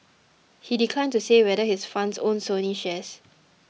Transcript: he declined to say whether his fund owns Sony shares